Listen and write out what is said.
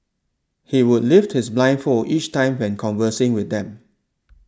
he would lift his blindfold each time when conversing with them